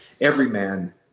everyman